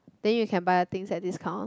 then you can buy a things at discount